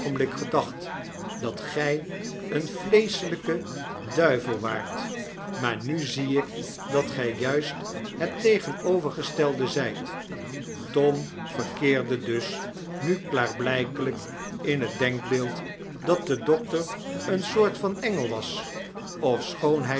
oogenblik gedacht dat gtj een vleeschelijke duivel waart maar nu zie ik dat gij juist het tegenovergestelde zfit tom verkeerde dus nu klaarblpelflk in het denkbeeld dat de dokter een soort van engel was